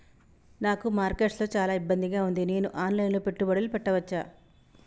నాకు మార్కెట్స్ లో చాలా ఇబ్బందిగా ఉంది, నేను ఆన్ లైన్ లో పెట్టుబడులు పెట్టవచ్చా?